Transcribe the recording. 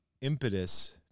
impetus